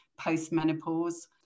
post-menopause